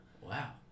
Wow